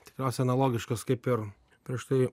tikriausia analogiškas kaip ir prieš tai